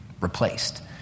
replaced